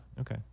Okay